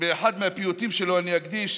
מאחד מהפיוטים שלו אני אקדיש